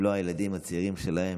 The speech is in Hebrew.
אם לא הילדים שלהם,